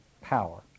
power